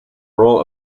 role